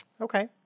Okay